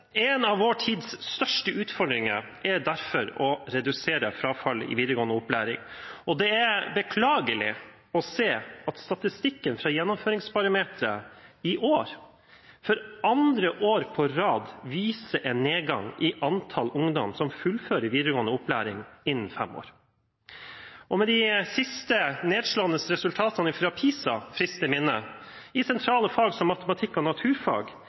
En av vår tids største utfordringer er derfor å redusere frafallet i videregående opplæring. Det er beklagelig å se at statistikken fra gjennomføringsbarometeret i år, for andre år på rad, viser en nedgang i antall ungdom som fullfører videregående opplæring innen fem år. Med de siste nedslående resultatene fra PISA-undersøkelsen friskt i minne, i sentrale fag som matematikk og naturfag,